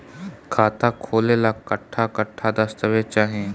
खाता खोले ला कट्ठा कट्ठा दस्तावेज चाहीं?